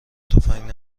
تفنگ